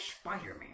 Spider-Man